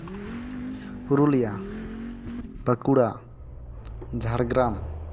Purulia Bankura Jhargram